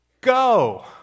Go